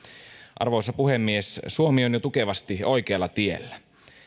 arvoisa puhemies suomi on jo tukevasti oikealla tiellä